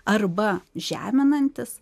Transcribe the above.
arba žeminantis